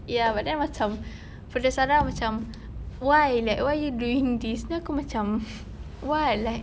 ya but then macam pada sarah macam why like why are you doing this then aku macam what like